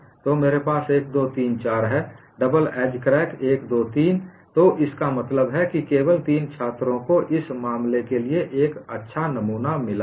तो मेरे पास 1 2 3 4 है डबल एज क्रैक 1 2 3 तो इसका मतलब है कि केवल तीन छात्रों को इस मामले के लिए बहुत अच्छा नमूना मिला है